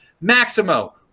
Maximo